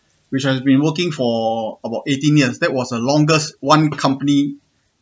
which I have been working for about eighteen years that was the longest one company